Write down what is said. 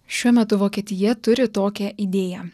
šiuo metu vokietija turi tokią idėją